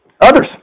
others